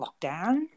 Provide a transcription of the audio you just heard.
lockdown